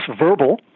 verbal